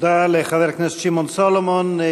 תודה לחבר הכנסת שמעון סולומון.